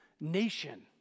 nation